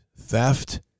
theft